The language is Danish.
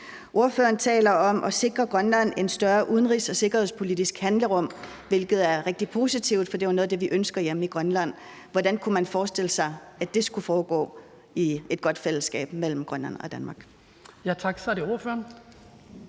Ordføreren taler om at sikre Grønland et større udenrigs- og sikkerhedspolitisk handlerum, hvilket er rigtig positivt, for det er jo noget af det, vi ønsker hjemme i Grønland. Hvordan kunne man forestille sig at det skulle foregå i et godt fællesskab mellem Grønland og Danmark?